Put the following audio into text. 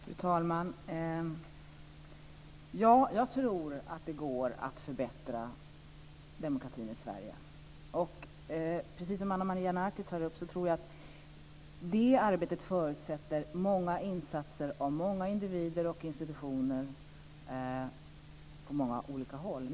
Fru talman! Ja, jag tror att det går att förbättra demokratin i Sverige. Precis som Ana Maria Narti tror jag att det arbetet förutsätter många insatser av många individer och institutioner på många olika håll.